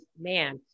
man